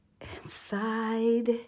inside